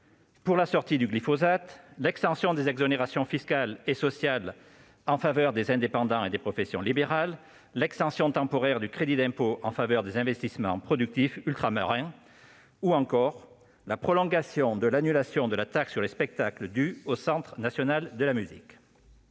pour la sortie du glyphosate, l'extension des exonérations fiscales et sociales en faveur des indépendants et de certaines professions libérales, l'extension temporaire du crédit d'impôt en faveur des investissements productifs ultramarins, la prolongation de l'annulation de la taxe sur les spectacles due au Centre national de la musique